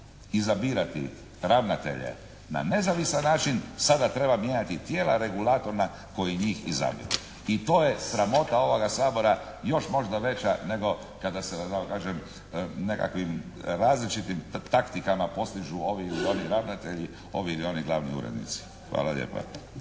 izabirati ravnatelje na nezavisan način sada treba mijenjati tijela regulatorna koji njih izabiru. I to je sramota ovoga Sabora još možda veća nego kada se da tako kažem nekakvim različitim taktikama postižu ovi ili oni ravnatelji, ovi ili oni glavni urednici. Hvala lijepa.